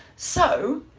so